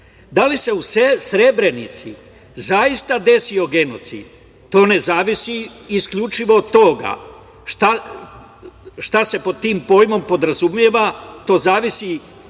li se u Srebrenici zaista desio genocid? To ne zavisi isključivo od toga šta se pod tim pojmom podrazumeva, to zavisi isključivo